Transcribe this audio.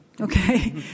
Okay